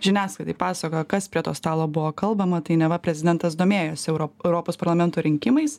žiniasklaidai pasakojo kas prie to stalo buvo kalbama tai neva prezidentas domėjosi euro europos parlamento rinkimais